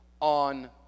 on